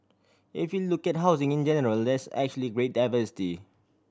if you look at housing in general there's actually great diversity